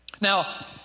Now